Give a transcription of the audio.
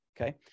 Okay